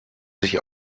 sich